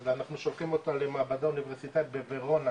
אז אנחנו שולחים אותה למעבדה אוניברסיטאית בוורונה,